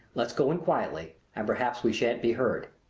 let's go in quietly and perhaps we shan't be heard.